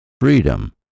freedom